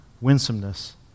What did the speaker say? winsomeness